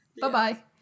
Bye-bye